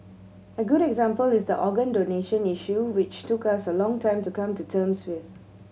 a good example is the organ donation issue which took us a long time to come to terms with